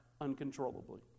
uncontrollably